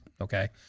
okay